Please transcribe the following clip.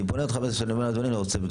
אני פונה אליך אני אומר אדוני, אני רוצה ניתוח.